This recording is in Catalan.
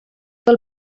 del